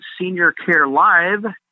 SeniorCareLive